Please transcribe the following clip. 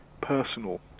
personal